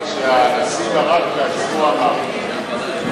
שהנשיא ברק עצמו אמר את זה,